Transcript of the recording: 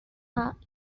are